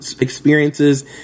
experiences